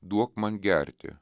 duok man gerti